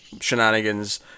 shenanigans